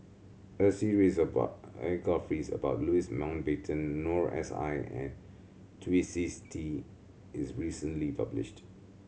a series of biographies about Louis Mountbatten Noor S I and Twisstii is recently published